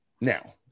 Now